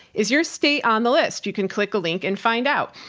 is your state on the list? you can click a link and find out.